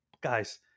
guys